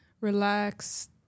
relax